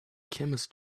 chemist